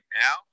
now